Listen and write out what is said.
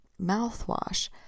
mouthwash